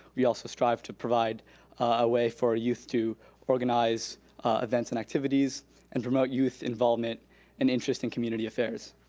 we also strive to provide a way for youth to organize events and activities and promote youth involvement in interesting community affairs.